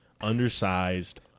undersized